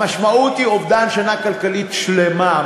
המשמעות היא אובדן שנה כלכלית שלמה.